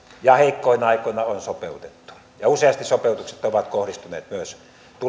ja heikkoina aikoina on sopeutettu useasti sopeutukset ovat kohdistuneet myös